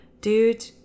dude